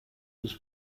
was